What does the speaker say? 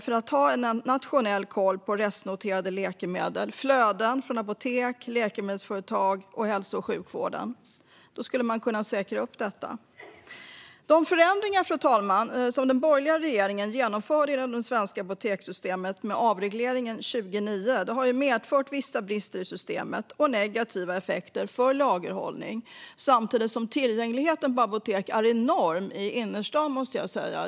De skulle kunna ha nationell koll på restnoterade läkemedel och på flöden från apotek, läkemedelsföretag och hälso och sjukvården. Då skulle man kunna säkra detta. De förändringar, fru talman, som den borgerliga regeringen genomförde inom det svenska apotekssystemet, med avregleringen 2009, har medfört vissa brister i systemet och negativa effekter för lagerhållning. Samtidigt är tillgången på apotek enorm i innerstan, måste jag säga.